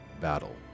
battle